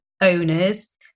owners